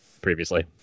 previously